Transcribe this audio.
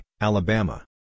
Alabama